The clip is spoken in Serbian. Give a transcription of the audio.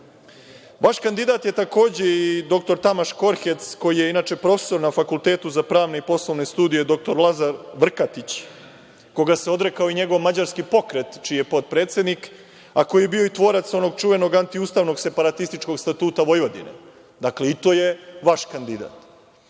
kandidat je, takođe, i doktor Tamaš Korhec, koji je inače profesor na Fakultetu za pravne i poslovne studije „dr Lazar Vrkatić“, a koga se odrekao i njegov mađarski pokret čiji je potpredsednik, a koji je bio i tvorac onog čuvenog antiustavnog separatističkog statuta Vojvodine. Dakle, i to je vaš kandidat. Vaš